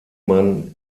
man